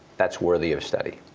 that's worthy of study.